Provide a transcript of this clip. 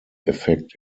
effekt